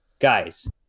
guys